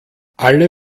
alle